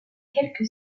quelque